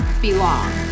belong